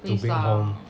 to bring home